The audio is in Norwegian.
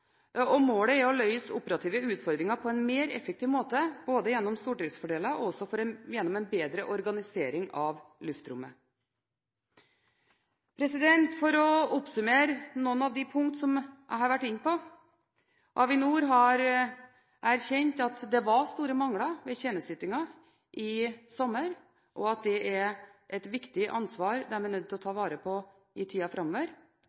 og målet er å løse operative utfordringer på en mer effektiv måte både gjennom stordriftsfordeler og gjennom en bedre organisering av luftrommet. For å oppsummere noen av de punktene som jeg har vært inne på: Avinor har erkjent at det var store mangler ved tjenesteytingen i sommer. Det er et viktig ansvar de er nødt til å ta i tiden framover.